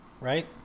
right